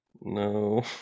no